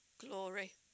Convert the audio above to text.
glory